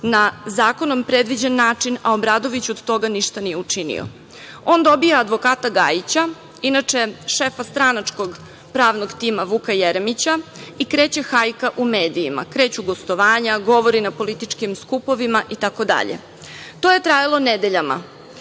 na zakonom predviđen način, a Obradović od toga ništa nije učino. On dobija advokata Gajića, inače šefa stranačkog pravnog tima Vuka Jeremića i kreće hajka u medijama, kreću gostovanja, govori na političkim skupovima itd. To je trajalo nedeljama.